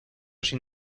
sin